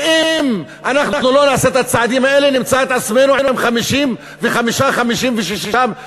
ואם אנחנו לא נעשה את הצעדים האלה נמצא את עצמנו עם 56-55 מיליארד.